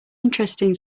interesting